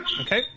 Okay